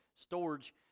Storage